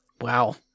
Wow